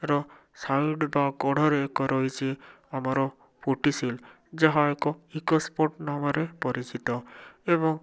ର ସାଇଟ୍ ବା କଡ଼ରେ ଏକ ରହିଛି ଆମର ପୋଟିସିଲ ଯାହା ଏକ ହିକ୍ସପୋର୍ଟ ନାମରେ ପରିଚିତ ଏବଂ